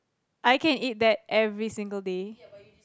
I can eat that every single day